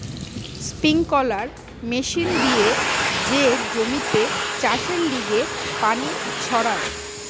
sprinkler machine দিয়ে যে জমিতে চাষের লিগে পানি ছড়ায়